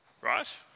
Right